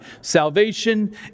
salvation